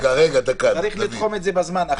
צריך לתחום את זה בזמן.